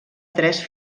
tres